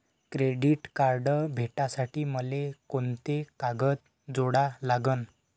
Credit card भेटासाठी मले कोंते कागद जोडा लागन?